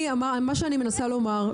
מה שאני מנסה לומר,